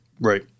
Right